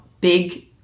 big